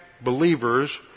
believers